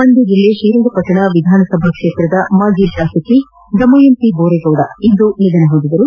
ಮಂಡ್ಯ ಜಿಲ್ಲೆ ಶ್ರೀರಂಗಪಟ್ಟಣ ವಿಧಾನಸಭಾ ಕ್ಷೇತ್ರದ ಮಾಜಿ ಶಾಸಕಿ ದಮಯಂತಿ ಬೋರೇಗೌಡ ಇಂದು ನಿಧನ ಹೊಂದಿದರು